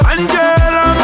Angela